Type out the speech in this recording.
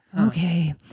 okay